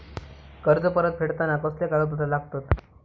कर्ज परत फेडताना कसले कागदपत्र लागतत?